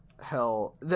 hell